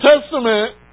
Testament